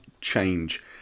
change